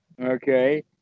Okay